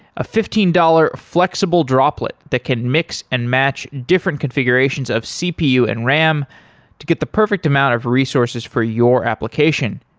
a fifteen dollars flexible droplet that can mix and match different configurations of cpu and ram to get the perfect amount of resources for your application.